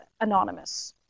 anonymous